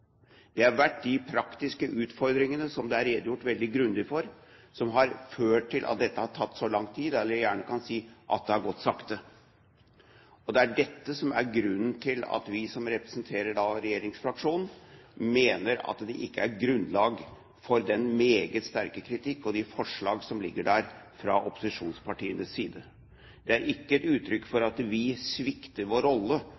Det er de praktiske utfordringene, som det er redegjort veldig grundig for, som har ført til at dette har tatt så lang tid – en kan gjerne si at det har gått sakte. Det er dette som er grunnen til at vi som representerer regjeringsfraksjonen, mener at det ikke er grunnlag for den meget sterke kritikk og de forslag som foreligger fra opposisjonspartienes side. Det er ikke et uttrykk for at vi svikter vår rolle